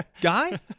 guy